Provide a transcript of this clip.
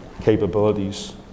capabilities